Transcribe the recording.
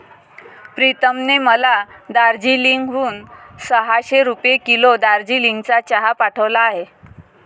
प्रीतमने मला दार्जिलिंग हून सहाशे रुपये किलो दार्जिलिंगचा चहा पाठवला आहे